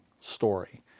story